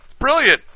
Brilliant